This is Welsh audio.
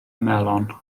melon